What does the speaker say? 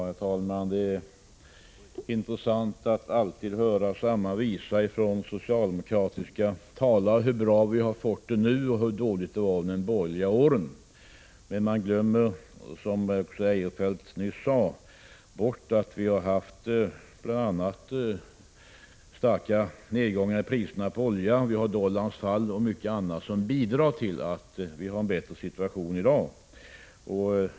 Herr talman! Det är intressant att alltid höra samma visa från socialdemokratiska talare om hur bra vi har fått det nu och hur dåligt det var under de borgerliga åren. Men man glömmer bort, som Christer Eirefelt nyss sade, de starka nedgångarna i oljepriserna, dollarns fall och mycket annat som bidragit till att vi har en bättre situation i dag.